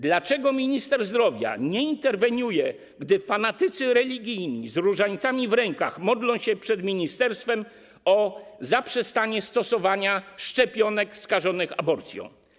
Dlaczego minister zdrowia nie interweniuje, gdy fanatycy religijni z różańcami w rękach modlą się przed ministerstwem o zaprzestanie stosowania szczepionek skażonych aborcją?